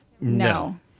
no